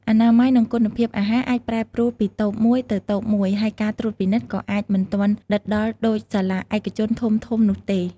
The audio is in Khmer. អនាម័យនិងគុណភាពអាហារអាចប្រែប្រួលពីតូបមួយទៅតូបមួយហើយការត្រួតពិនិត្យក៏អាចមិនទាន់ដិតដល់ដូចសាលាឯកជនធំៗនោះទេ។